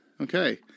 Okay